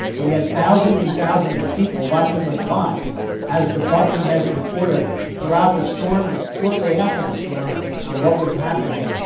and we had thousands and thousands of people watching us live as department heads reported throughout the storm and shortly after the storm on what was happening